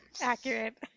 Accurate